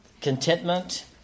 contentment